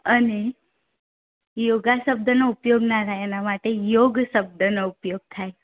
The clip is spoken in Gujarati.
અને યોગા શબ્દનો ઉપયોગ ના થાય એના માટે યોગ શબ્દનો ઉપયોગ થાય